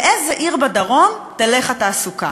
לאיזו עיר בדרום תלך התעסוקה.